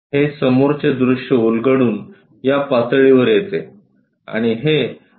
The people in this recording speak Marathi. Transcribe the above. हे समोरचे दृश्य उलगडून या पातळीवर येते आणि हे आपण त्या दिशेने उलगडले पाहिजे